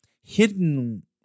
hidden